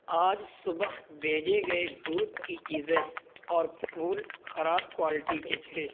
آج صبح بھیجے گئے دودھ کی چیزیں اور پھول خراب کوالٹی کے تھے